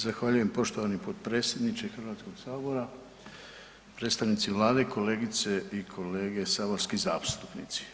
Zahvaljujem poštovani potpredsjedniče Hrvatskog sabora, predstavnici Vlade, kolegice i kolege saborski zastupnici.